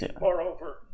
Moreover